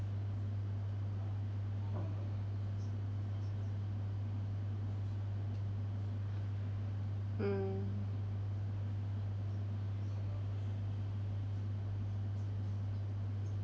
mm